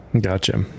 Gotcha